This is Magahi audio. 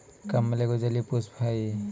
कमल एगो जलीय पुष्प हइ